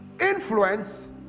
Influence